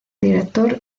director